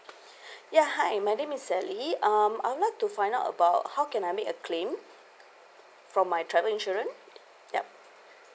ya hi my name is sally um I would like to find out about how can I make a claim from my travel insurance yup